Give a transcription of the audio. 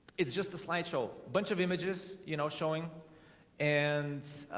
it's just a slideshow a bunch of images, you know showing and